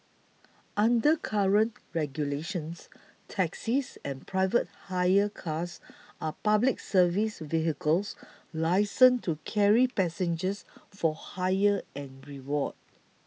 under current regulations taxis and private hire cars are Public Service vehicles licensed to carry passengers for hire and reward